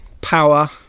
power